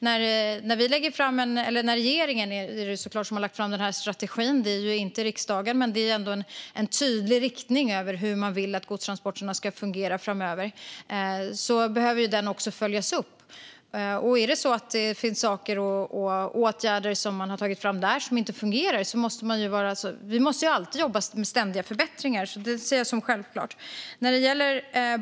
När en strategi läggs fram - det är såklart regeringen som har lagt fram den här strategin, inte riksdagen, men det finns ändå en tydlig riktning för hur man vill att godstransporterna ska fungera framöver - behöver den också följas upp. Kanske är det så att det finns saker och åtgärder där som inte fungerar. Vi måste alltid jobba med ständiga förbättringar; det ser jag som självklart.